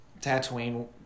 Tatooine